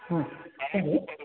ಹಾಂ ಹೇಳಿ